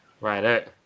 Right